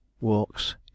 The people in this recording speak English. walks